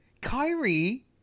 Kyrie